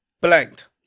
blanked